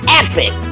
epic